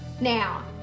Now